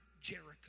Jericho